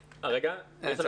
רגע.